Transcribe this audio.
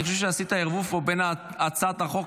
אני חושב שעשית ערבוב פה בין הצעת החוק